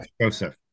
Joseph